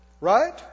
Right